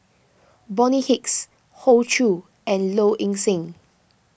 Bonny Hicks Hoey Choo and Low Ing Sing